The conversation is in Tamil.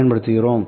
பயன்படுத்துகிறோம்